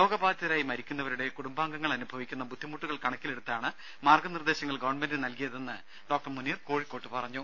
രോഗബാധിതരായി മരിക്കുന്നവരുടെ കുടുംബാംഗങ്ങൾ അനുഭവിക്കുന്ന ബുദ്ധിമുട്ടുകൾ കണക്കിലെടുത്താണ് മാർഗനിർദേശങ്ങൾ ഗവൺമെന്റിന് നൽകിയതെന്ന് ഡോക്ടർ മുനീർ കോഴിക്കോട്ട് പറഞ്ഞു